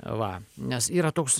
va nes yra toks